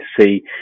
see